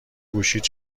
گوشیت